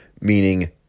Meaning